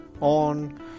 on